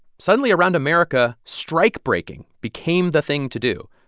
suddenly around america, strikebreaking became the thing to do.